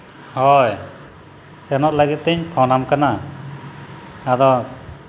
ᱦᱳᱭ ᱥᱮᱱᱚᱜ ᱞᱟᱹᱜᱤᱫ ᱛᱤᱧ ᱯᱷᱳᱱᱟᱢ ᱠᱟᱱᱟ ᱟᱫᱚ